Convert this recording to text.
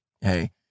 hey